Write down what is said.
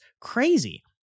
Crazy